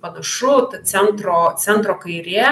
panašu ta centro centro kairė